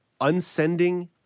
unsending